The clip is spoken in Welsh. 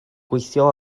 gweithio